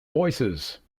voices